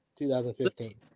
2015